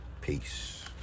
Peace